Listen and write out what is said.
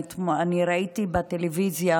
אני ראיתי בטלוויזיה